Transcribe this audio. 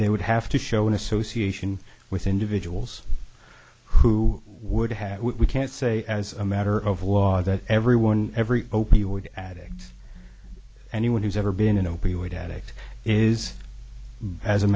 they would have to show an association with individuals who would have we can't say as a matter of law that everyone every opioid addict anyone who's ever been an opioid addict is as a